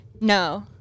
No